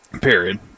Period